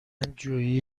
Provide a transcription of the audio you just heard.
جویی